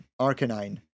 Arcanine